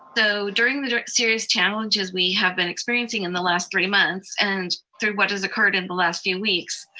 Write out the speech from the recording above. so during the series challenges we have been experiencing in the last three months, and through what has occurred in the last few weeks,